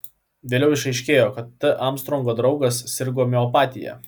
vėliau išaiškėjo kad t armstrongo draugas sirgo miopatija